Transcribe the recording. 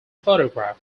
photograph